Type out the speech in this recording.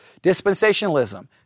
Dispensationalism